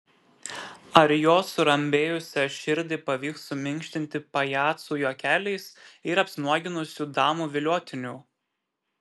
ar jo surambėjusią širdį pavyks suminkštinti pajacų juokeliais ir apsinuoginusių damų viliotiniu